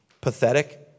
pathetic